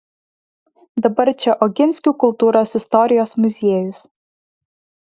dabar čia oginskių kultūros istorijos muziejus